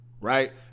right